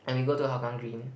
and we go to Hougang Green